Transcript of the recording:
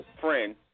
friend